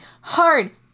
Hard